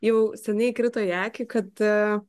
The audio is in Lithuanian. jau seniai krito į akį kad